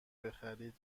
بخرید